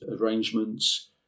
arrangements